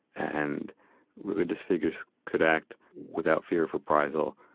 and religious figures could act without fear of reprisal,